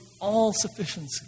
all-sufficiency